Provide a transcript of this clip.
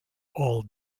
all